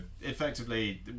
effectively